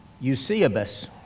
Eusebius